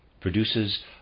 produces